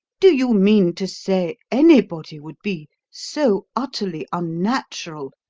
do you mean to say anybody would be so utterly unnatural,